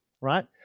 right